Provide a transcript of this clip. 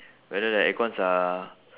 whether the aircons are